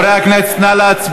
אמרתי לך, אתה לא מקשיב,